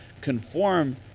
Conform